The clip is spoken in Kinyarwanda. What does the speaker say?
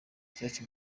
cyacu